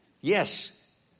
yes